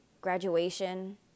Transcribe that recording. graduation